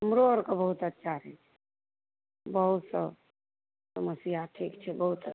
हमरो आरके बहुत अच्छा छै बहुत सब समस्या छै छै बहुत अच्छा छै